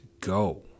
go